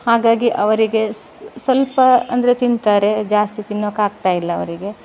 ಹಾಗಾಗಿ ಅವರಿಗೆ ಸ್ವಲ್ಪ ಅಂದರೆ ತಿಂತಾರೆ ಜಾಸ್ತಿ ತಿನ್ನೊಕ್ಕಾಗ್ತಾಯಿಲ್ಲ ಅವರಿಗೆ